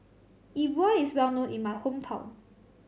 Yi Bua is well known in my hometown